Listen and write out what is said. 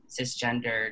cisgendered